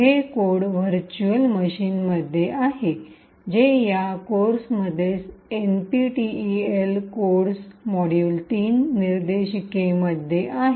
हे code virtual मशीनमध्ये आहेत जे या कोर्ससमवेत एनपीईटल कोड्स मॉड्यूल 3 निर्देशिकेमध्ये आहेत